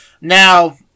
Now